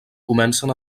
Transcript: comencen